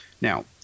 Now